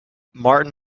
martin